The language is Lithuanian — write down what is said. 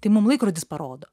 tai mum laikrodis parodo